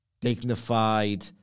dignified